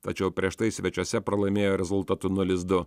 tačiau prieš tai svečiuose pralaimėjo rezultatu nulis du